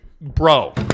bro